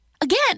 Again